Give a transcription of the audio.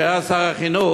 שהיה שר החינוך,